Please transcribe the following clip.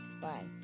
Bye